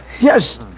Yes